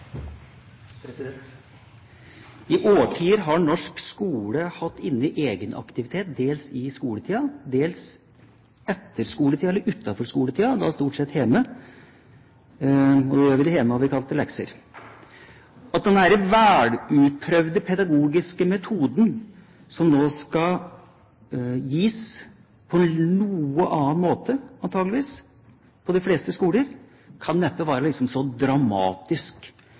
I årtier har norsk skole hatt egenaktivitet, dels i skoletida, dels etter skoletida eller utenfor skoletida, da stort sett hjemme. Og har vi hatt det hjemme, har vi kalt det lekser. At denne velutprøvde pedagogiske metoden nå skal gis – på noe annen måte, antakeligvis – på de fleste skoler, kan neppe være en dramatisk